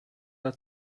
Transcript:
der